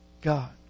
God